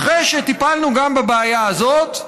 אחרי שטיפלנו גם בבעיה הזאת,